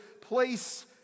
place